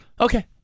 Okay